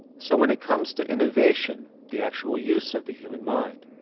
so when it comes to innovation the actual use of the human mind.